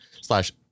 slash